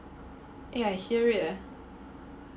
ya I hear it eh